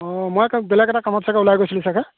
অ মই বেলেগ এটা কামত চাগৈ ওলাই গৈছিলোঁ চাগৈ